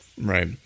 Right